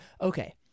Okay